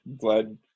Glad